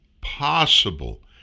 possible